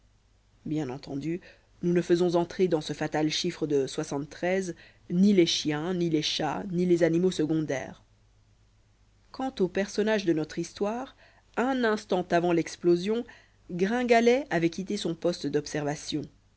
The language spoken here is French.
bien entendu nous ne faisons entrer dans ce fatal chiffre de ni les chiens ni les chats ni les animaux secondaires quant aux personnages de notre histoire un instant avant l'explosion gringalet avait quitté son poste d'observation